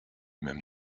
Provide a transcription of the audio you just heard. même